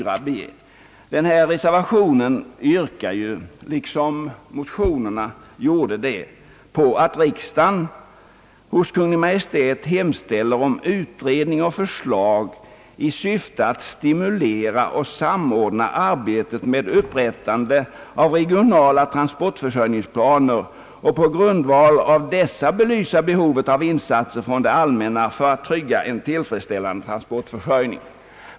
I denna reservation yrkas liksom i motionerna att riksdagen »hos Kungl. Maj:t hemställer om utredning och förslag i syfte att stimulera och samordna arbetet med upprättande av regionala transportförsörjningsplaner och på grundval av dessa belysa behovet av insatser från det allmänna för att trygga en tillfredsställande transportförsörjning».